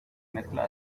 mezcla